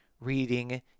reading